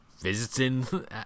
visiting